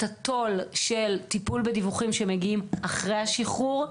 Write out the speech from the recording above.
התו"ל של טיפול בדיווחים שמגיעים אחרי השחרור,